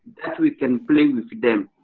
that we can play with them.